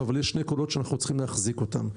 זה אנשים שמסכנים את החיים שלהם.